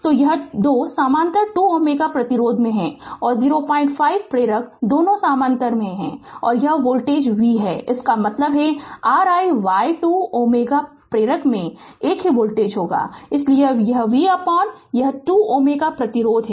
तो यह 2 समानांतर 2 Ω प्रतिरोध में हैं और 05 प्रेरक दोनों समानांतर में हैं और यह वोल्टेज v कहते हैं इसका मतलब है कि R i y 2 Ω प्रेरक में एक ही वोल्टेज होगा इसलिए यह V यह 2 Ω प्रतिरोध है